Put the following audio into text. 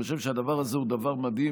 אני חושב שהדבר הזה הוא דבר מדהים,